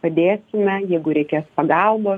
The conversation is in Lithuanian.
padėsime jeigu reikės pagalbos